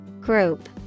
Group